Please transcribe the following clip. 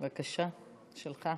בבקשה, שלך.